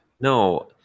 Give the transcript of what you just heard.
no